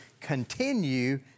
continue